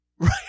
Right